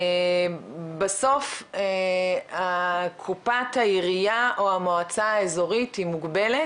בסוף קופת היריעה או המועצה האזורית היא מוגבלת